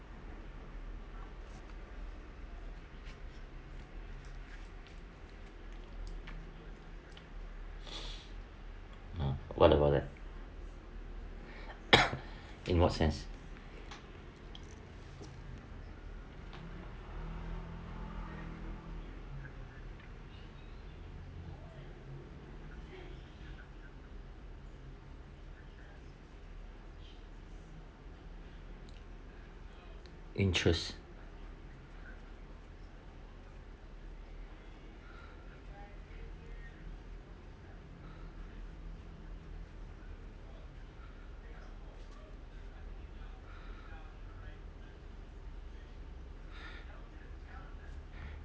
ha what about that in what sense interest